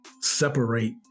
separate